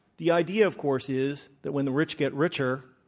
the idea, of course, is that when the rich get richer,